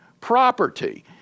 property